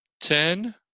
ten